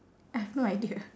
I have no idea